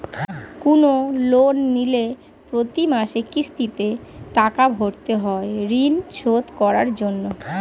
কোন লোন নিলে প্রতি মাসে কিস্তিতে টাকা ভরতে হয় ঋণ শোধ করার জন্য